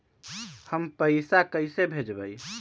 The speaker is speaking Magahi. हम पैसा कईसे भेजबई?